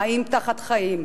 חיים תחת חיים.